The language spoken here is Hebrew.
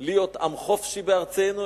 "להיות עם חופשי בארצנו",